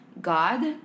God